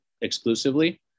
exclusively